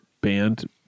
band